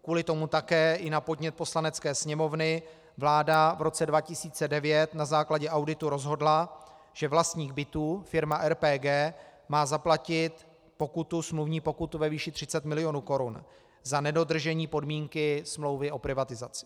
Kvůli tomu také i na podnět Poslanecké sněmovny vláda v roce 2009 na základě auditu rozhodla, že vlastník bytů, firma RPG, má zaplatit smluvní pokutu ve výši 30 milionů korun za nedodržení podmínky smlouvy o privatizaci.